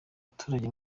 abaturage